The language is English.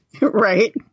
Right